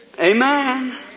Amen